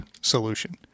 solution